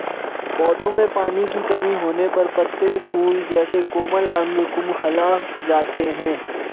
पौधों में पानी की कमी होने पर पत्ते, फूल जैसे कोमल अंग कुम्हला जाते हैं